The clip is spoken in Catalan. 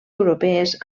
europees